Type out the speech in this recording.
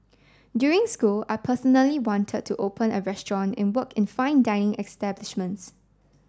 during school I personally wanted to open a restaurant and work in fine dining establishments